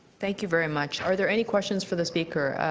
thank you very much. are there any questions for the speaker?